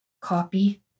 copy